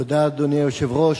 תודה, אדוני היושב-ראש.